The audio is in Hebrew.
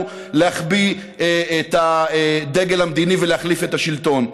להניף את הדגל המדיני ולהחליף את השלטון.